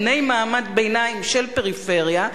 בני מעמד ביניים של פריפריה,